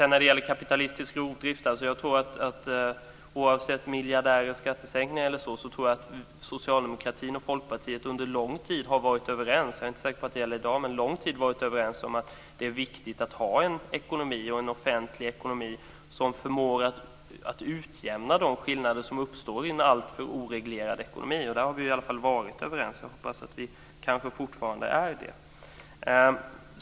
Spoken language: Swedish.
När det gäller kapitalistisk rovdrift tror jag att oavsett miljärder och skattesänkningar har socialdemokratin och Folkpartiet under en låg tid varit överens - jag är inte säker på att det gäller i dag - om att det är viktigt att ha en ekonomi och en offentlig ekonomi som förmår att utjämna de skillnader som uppstår i en alltför oreglerad ekonomi. Det har vi i alla fall varit överens om, och jag hoppas att vi fortfarande är det.